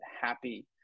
happy